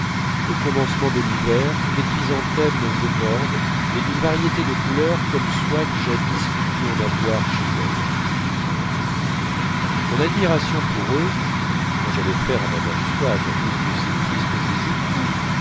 au commencement de l'hiver des chrysanthèmes énormes et d'une variété de couleurs comme swann jadis n'eût pu en voir chez elle mon admiration pour eux quand j'allais faire à mme swann une de ces tristes visites où